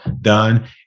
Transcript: done